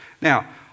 Now